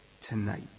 tonight